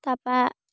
তাপা